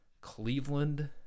Cleveland